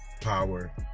power